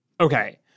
Okay